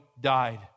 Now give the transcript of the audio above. died